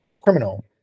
criminal